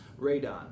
radon